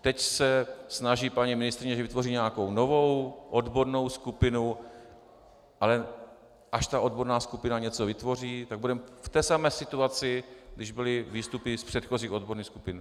Teď se snaží paní ministryně, že vytvoří nějakou novou odbornou skupinu, ale až ta odborná skupina něco vytvoří, tak budeme v té samé situaci, když byly výstupy z předchozích odborných skupin.